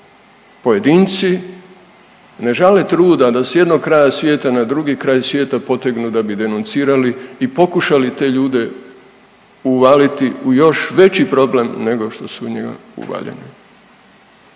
pojedinci ne žale truda da s jednog kraja svijeta na drugi kraj svijeta potegnu da bi denuncirali i pokušali te ljude uvaliti u još veći problem nego što su u njega uvaljeni